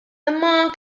imma